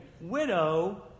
widow